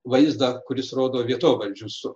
vaizdą kuris rodo vietovardžius